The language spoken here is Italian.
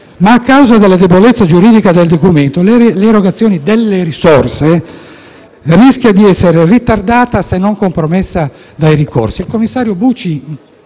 ma a causa della debolezza giuridica del documento, l’erogazione delle risorse rischia di essere ritardata, se non compromessa, dai ricorsi.